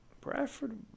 Bradford